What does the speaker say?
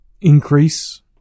increase